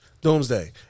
Doomsday